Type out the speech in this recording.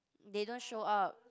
they don't show up